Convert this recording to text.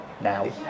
now